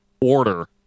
order